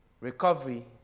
Recovery